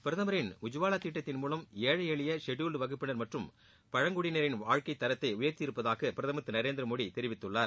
பிரதமின் உஜ்வாவா திட்டத்தின் மூலம் ஏழை எளிய ஷெட்யூல்டு வகுப்பினா் மற்றும் பழங்குடியினாின் வாழ்க்கைத் தரத்தை உயர்த்தியிருப்பதாக பிரதமர் திரு நரேந்திரமோடி தெரிவித்துள்ளார்